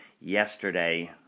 yesterday